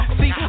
see